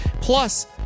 plus